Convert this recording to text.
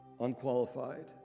unqualified